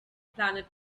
planet